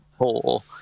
poor